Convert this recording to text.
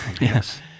Yes